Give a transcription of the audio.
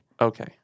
Okay